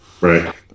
Right